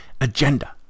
agenda